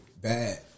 bad